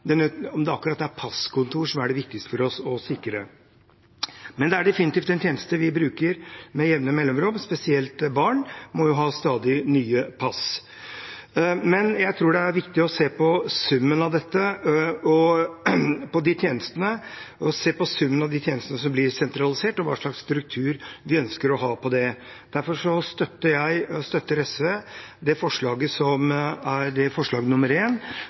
vi diskutere om det er akkurat passkontor som er det viktigste for oss å sikre. Men det er definitivt en tjeneste vi bruker med jevne mellomrom. Spesielt barn må jo stadig ha nye pass. Jeg tror det er viktig å se på summen av de tjenestene som blir sentralisert, og hva slags struktur vi ønsker å ha på det. Derfor støtter SV forslag nr. 1, som handler om at regjeringen skal komme tilbake med en helhetlig betraktning om hva slags struktur man skal ha på dette i framtiden. Det synes jeg er